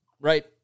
right